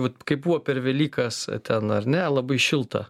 vat kaip buvo per velykas ten ar ne labai šilta